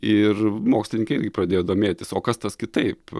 ir mokslininkai pradėjo domėtis o kas tas kitaip